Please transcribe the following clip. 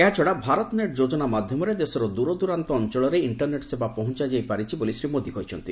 ଏହାଛଡ଼ା ଭାରତ ନେଟ୍ ଯୋଜନା ମାଧ୍ୟମରେ ଦେଶର ଦୂରଦୂରାନ୍ତ ଅଞ୍ଚଳରେ ଇଣ୍ଟରନେଟ୍ ସେବା ପହଞ୍ଚାଇ ପାରିଛି ବୋଲି ଶ୍ରୀ ମୋଦି କହିଚ୍ଛନ୍ତି